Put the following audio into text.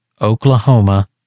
Oklahoma